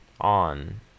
on